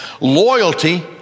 loyalty